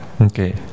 Okay